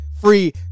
free